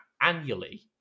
annually